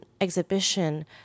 exhibition